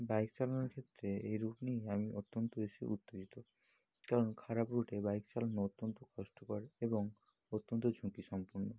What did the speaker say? bike চালানোর ক্ষেত্রে এই রুট নিয়ে আমি অত্যন্ত বেশি উত্তেজিত কারণ খারাপ রুটে বাইক চালানো অত্যন্ত কষ্টকর এবং অত্যন্ত ঝুঁকি সম্পন্ন